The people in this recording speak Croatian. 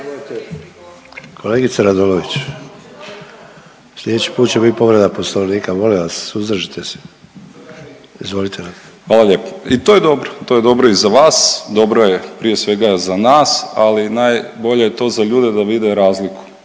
Kolegice Radolović, sljedeći put će biti povreda Poslovnika. Molim vas suzdržite se. Izvolite. **Mažar, Nikola (HDZ)** Hvala lijepo. I to je dobro, to je dobro i za vas, dobro je prije svega za nas ali najbolje je to za ljude da vide razliku.